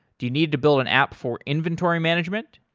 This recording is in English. do you need to build an app for inventory management?